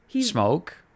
Smoke